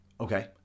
Okay